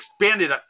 expanded